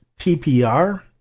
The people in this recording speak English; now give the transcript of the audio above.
TPR